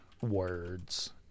words